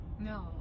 No